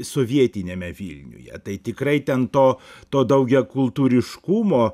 sovietiniame vilniuje tai tikrai ten to to daugiakultūriškumo